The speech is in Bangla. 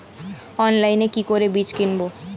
অনলাইনে কি করে বীজ কিনব?